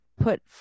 put